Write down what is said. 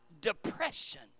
depression